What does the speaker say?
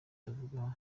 tubivugaho